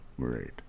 Great